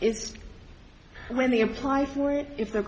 it's when the apply for it if they're